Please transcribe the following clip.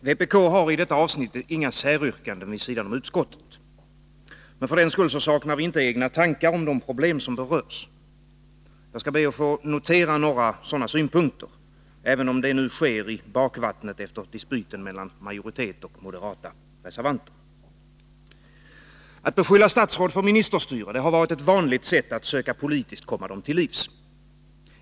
Fru talman! Vpk har i detta avsnitt inga säryrkanden vid sidan om utskottets. Men för den skull saknar vi inte egna tankar om de problem som berörs. Jag skall be att få notera några sådana synpunkter, även om det nu sker i bakvattnet efter dispyten mellan majoritet och moderata reservanter. Att beskylla statsråd för ministerstyre har varit ett vanligt sätt att söka politiskt komma dem till livs.